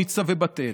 ניצה ובת אל,